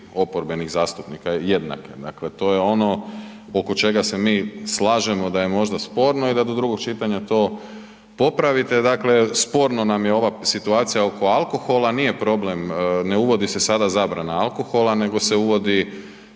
oporbenih zastupnika jednake, dakle to je ono oko čega se mi slažemo da je možda sporno i da drugog čitanja to popravite, dakle sporno nam je ova situacija oko alkohola, nije problem, ne uvodi se sada zabrana alkohola, nego se uvodi